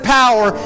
power